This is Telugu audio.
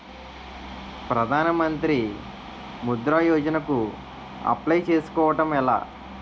ప్రధాన మంత్రి ముద్రా యోజన కు అప్లయ్ చేసుకోవటం ఎలా?